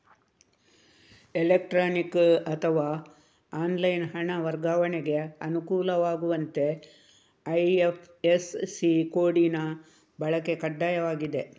electronic ಅಥವಾ online ಹಣ ವರ್ಗಾವಣೆಗೆ ಅನುಕೂಲವಾಗುವಂತೆ ಐ.ಎಫ್.ಎಸ್.ಸಿ ಕೋಡಿನ ಬಳಕೆ ಕಡ್ಡಾಯವಾಗಿದೆ